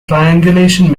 triangulation